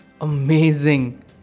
Amazing